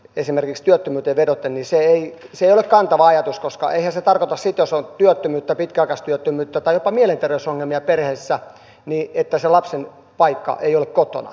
esimerkiksi työttömyyteen vedoten se ei ole kantava ajatus koska eihän se tarkoita sitä jos on työttömyyttä pitkäaikaistyöttömyyttä tai jopa mielenterveysongelmia perheessä että sen lapsen paikka ei ole kotona